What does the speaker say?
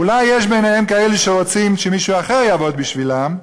אולי יש ביניהם כאלה שרוצים שמישהו אחר יעבוד בשבילם,